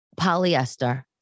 polyester